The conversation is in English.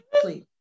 please